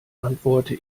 antworte